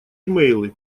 имейлы